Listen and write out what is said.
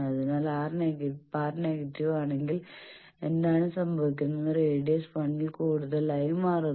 അതിനാൽ R⁻നെഗറ്റീവ് ആണെങ്കിൽ എന്താണ് സംഭവിക്കുന്നത് റേഡിയസ് 1 ൽ കൂടുതലായി മാറുന്നു